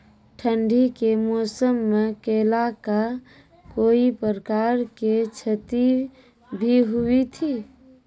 ठंडी के मौसम मे केला का कोई प्रकार के क्षति भी हुई थी?